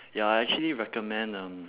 ya I actually recommend um